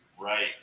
Right